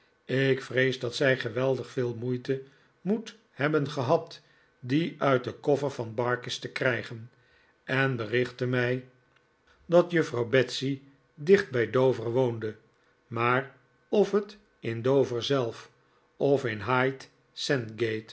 ik vrees dat zij geweldig yeel moeite moet hebben gehad die uit den koffer van barkis te krijgen en berichtte mij dat juffrouw betsey dicht bij dover woonde maar of het in dover zelf of in